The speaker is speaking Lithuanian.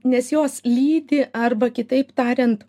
nes jos lydi arba kitaip tariant